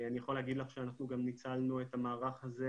אני יכול להגיד לך שאנחנו גם ניצלנו את המערך הזה